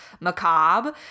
macabre